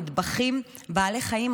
נטבחים בעלי חיים,